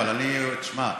אבל תשמע,